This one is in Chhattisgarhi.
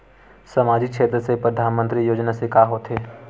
सामजिक क्षेत्र से परधानमंतरी योजना से का होथे?